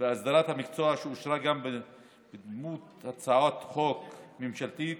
בהסדרת המקצוע, שאושרה גם בדמות הצעת חוק ממשלתית